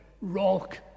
rock